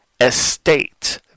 estate